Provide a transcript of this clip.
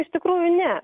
iš tikrųjų ne